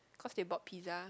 cause they bought pizza